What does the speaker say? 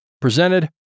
presented